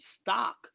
stock